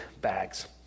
bags